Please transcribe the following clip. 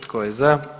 Tko je za?